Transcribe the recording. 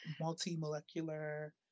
multi-molecular